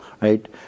right